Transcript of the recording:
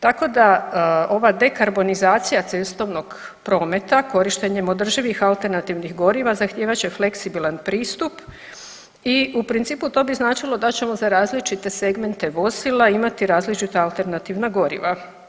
Tako da ova dekarbonizacija cestovnog prometa, korištenjem održivih alternativnih goriva zahtijevat će fleksibilan pristup i u principu, to bi značilo da ćemo za različite segmente vozila imati različita alternativna goriva.